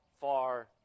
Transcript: far